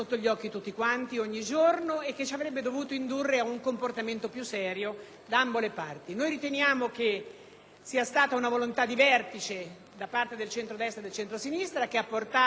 sia stata una volontà di vertice da parte del centrodestra e del centrosinistra che ha portato, per altri fini e per altri obiettivi, ad una riforma che riguarda soltanto la soglia e che penalizza le